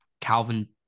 Calvin